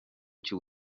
cy’u